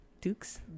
dukes